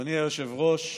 אדוני היושב-ראש,